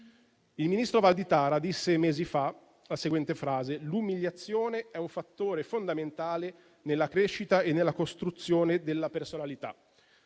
Il ministro Valditara disse mesi fa la seguente frase: «L'umiliazione è un fattore fondamentale nella crescita e nella costruzione della personalità».